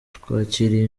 twakiriye